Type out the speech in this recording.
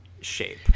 shape